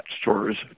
stores